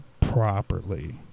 properly